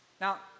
Now